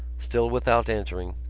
still without answering,